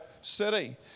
city